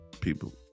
people